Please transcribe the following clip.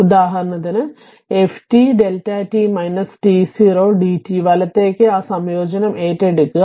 ഉദാഹരണത്തിന് ft Δ t t0 dt വലത്തേക്ക് ആ സംയോജനം ഏറ്റെടുക്കുക